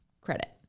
credit